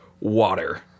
Water